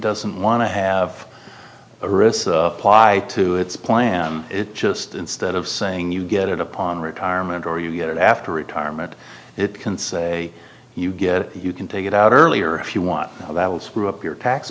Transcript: doesn't want to have a risk ply to its plan it just instead of saying you get it upon retirement or you get it after retirement it can say you get it you can take it out earlier if you want that will screw up your tax